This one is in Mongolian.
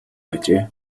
байжээ